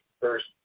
first